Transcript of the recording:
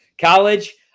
College